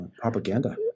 propaganda